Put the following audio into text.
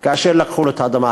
כאשר לקחו לו את האדמה?